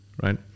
Right